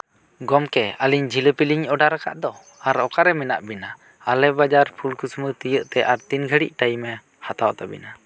ᱜᱚᱢᱠᱮ ᱟᱞᱤᱧ ᱡᱷᱤᱞᱟᱹᱯᱤ ᱞᱤᱧ ᱚᱰᱟᱨ ᱟᱠᱟᱫ ᱫᱚ ᱟᱨ ᱚᱠᱟᱨᱮ ᱢᱮᱱᱟᱜ ᱵᱮᱱᱟ ᱟᱞᱮ ᱵᱟᱡᱟᱨ ᱯᱷᱩᱞᱠᱩᱥᱢᱟᱹ ᱛᱤᱭᱳᱜ ᱛᱮ ᱟᱨ ᱛᱤᱱ ᱜᱷᱟᱲᱤᱡ ᱴᱟᱭᱤᱢᱮ ᱦᱟᱛᱟᱣ ᱛᱟᱵᱤᱱᱟ